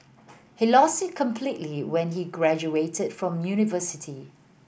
he lost it completely when he graduated from university